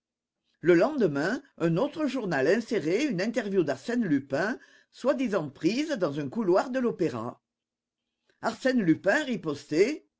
le lendemain un autre journal insérait une interview d'arsène lupin soi-disant prise dans un couloir de l'opéra arsène lupin ripostait